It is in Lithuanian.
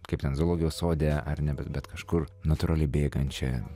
kaip ten zoologijos sode ar ne bet kažkur natūraliai bėgančią